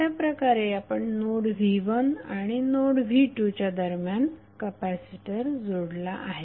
अशाप्रकारे आपण node v1 आणि नोड v2 च्या दरम्यान कपॅसिटर जोडला आहे